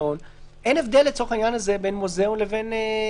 אין הבדל לצורך העניין הזה בין מוזיאון לקניון,